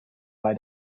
bei